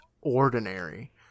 ordinary